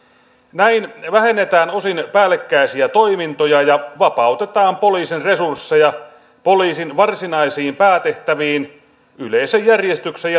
näin vähennetään osin päällekkäisiä toimintoja ja vapautetaan poliisin resursseja poliisin varsinaisiin päätehtäviin yleisen järjestyksen